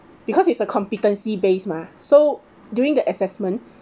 because it's a competency based mah so during the assessment